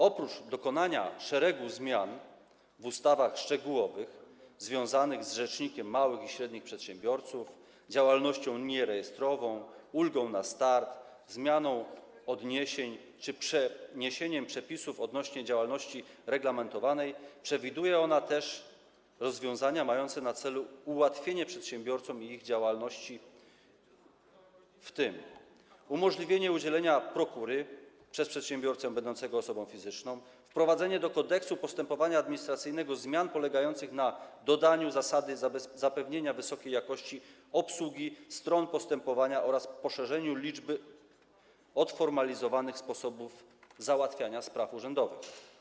Oprócz dokonania szeregu zmian w ustawach szczegółowych związanych z rzecznikiem małych i średnich przedsiębiorców, działalnością nierejestrową, ulgą na start, ze zmianą odniesień czy z przeniesieniem przepisów odnośnie do działalności reglamentowanej przewiduje ona też rozwiązania mające na celu ułatwienie przedsiębiorcom prowadzenia działalności, w tym umożliwienie udzielenia prokury przez przedsiębiorcę będącego osobą fizyczną, a także wprowadzenie do Kodeksu postępowania administracyjnego zmian polegających na dodaniu zasady zapewnienia wysokiej jakości obsługi stron postępowania oraz poszerzeniu liczby odformalizowanych sposobów załatwiania spraw urzędowych.